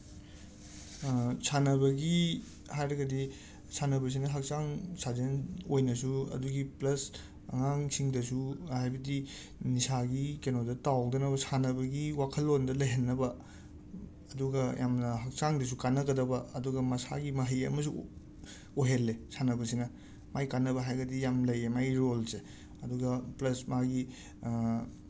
ꯁꯥꯟꯅꯕꯒꯤ ꯍꯥꯏꯔꯒꯗꯤ ꯁꯥꯟꯅꯕꯁꯤꯅ ꯍꯛꯆꯥꯡ ꯁꯥꯖꯦꯟ ꯑꯣꯏꯅꯁꯨ ꯑꯗꯨꯒꯤ ꯄ꯭ꯂꯁ ꯑꯉꯥꯡꯁꯤꯡꯗꯁꯨ ꯍꯥꯏꯕꯗꯤ ꯅꯤꯁꯥꯒꯤ ꯀꯩꯅꯣꯗ ꯇꯥꯎꯗꯅꯕ ꯁꯥꯟꯅꯕꯒꯤ ꯋꯥꯈꯜꯂꯣꯟꯗꯣ ꯂꯩꯍꯟꯅꯕ ꯑꯗꯨꯒ ꯌꯥꯝꯅ ꯍꯛꯆꯥꯡꯗꯁꯨ ꯀꯥꯟꯅꯒꯗꯕ ꯑꯗꯨꯒ ꯃꯁꯥꯒꯤ ꯃꯍꯩ ꯑꯃꯁꯨ ꯑꯣꯏꯍꯜꯂꯦ ꯁꯥꯟꯅꯕꯁꯤꯅ ꯃꯥꯏ ꯀꯥꯟꯅꯕ ꯍꯥꯏꯔꯒꯗꯤ ꯌꯥꯝ ꯂꯩꯌꯦ ꯃꯥꯏ ꯔꯣꯜꯁꯦ ꯑꯗꯨꯨꯒ ꯄ꯭ꯂꯁ ꯃꯥꯒꯤ